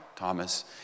Thomas